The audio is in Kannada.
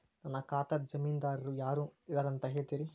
ನನ್ನ ಖಾತಾದ್ದ ಜಾಮೇನದಾರು ಯಾರ ಇದಾರಂತ್ ಹೇಳ್ತೇರಿ?